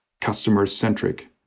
customer-centric